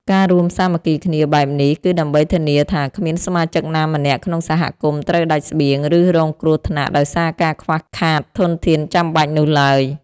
ការរួមសាមគ្គីគ្នាបែបនេះ គឺដើម្បីធានាថាគ្មានសមាជិកណាម្នាក់ក្នុងសហគមន៍ត្រូវដាច់ស្បៀង ឬរងគ្រោះថ្នាក់ដោយសារការខ្វះខាតធនធានចាំបាច់នោះឡើយ។